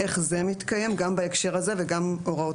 איך זה מתקיים גם בהקשר הזה וגם הוראות